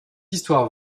histoire